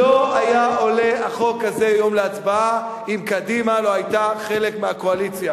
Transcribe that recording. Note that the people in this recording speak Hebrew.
לא היה עולה החוק הזה היום להצבעה אם קדימה לא היתה חלק מהקואליציה.